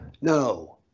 No